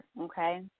okay